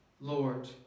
Lord